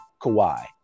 Kawhi